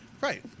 Right